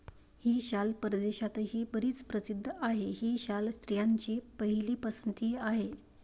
ही शाल परदेशातही बरीच प्रसिद्ध आहे, ही शाल स्त्रियांची पहिली पसंती आहे